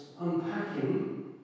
unpacking